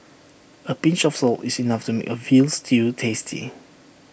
A pinch of salt is enough to make A Veal Stew tasty